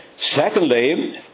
Secondly